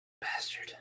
Bastard